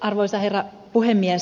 arvoisa herra puhemies